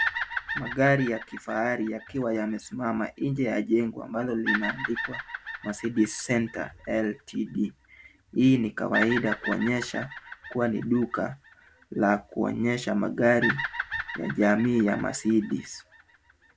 Magari ya kifahari yakiwa yamesimama ne ya jengo ambalo linaandikwa Mercedes Centre LTD . Hii ni kawaida kuonyesha kuwa ni duka la kuonyesha magari ya jamii ya Mercedes.